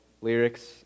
lyrics